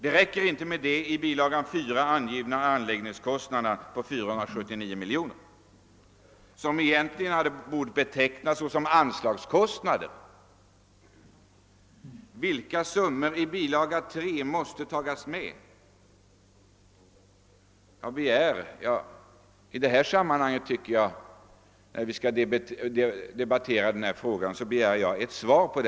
Det räcker inte med de i bilaga 4 angivna anläggningskostnaderna på 479 miljoner kronor, som egentligen hade bort betecknas såsom anslagskostnader. Jag begär ett svar på min fråga i samband med att vi nu debatterar detta spörsmål.